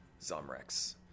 Zomrex